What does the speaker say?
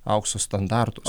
aukso standartus